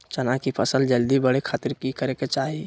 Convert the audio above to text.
चना की फसल जल्दी बड़े खातिर की करे के चाही?